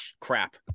crap